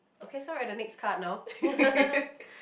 okay so we're at the next card now